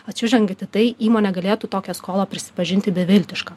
atsižvelgiant į tai įmonė galėtų tokią skolą prisipažinti beviltiška